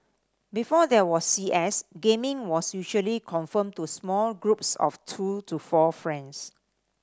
before there was C S gaming was usually confined to small groups of two to four friends